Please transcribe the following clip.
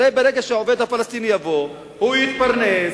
הרי ברגע שהעובד הפלסטיני יבוא הוא יתפרנס,